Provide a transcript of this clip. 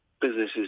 businesses